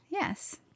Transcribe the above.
Yes